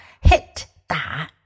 hit,打